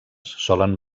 solen